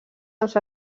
dels